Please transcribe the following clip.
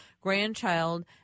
grandchild